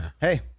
hey